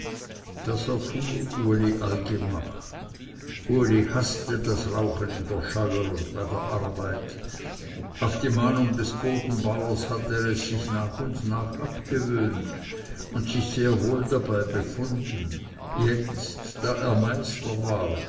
das erfuhr uli allgemach uli haßte das rauchen in der scheuer und bei der arbeit auf die mahnung des bodenbauers hatte er es sich nach und nach abgewöhnt und sich sehr wohl dabei befunden jetzt da er meister war